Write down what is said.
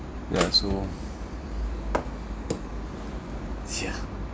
ya so yeah